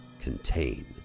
Contain